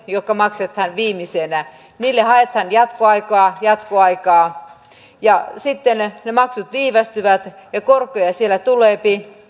jotka maksetaan viimeisenä niille haetaan jatkoaikaa ja jatkoaikaa ja sitten ne maksut viivästyvät ja korkoja siellä tulee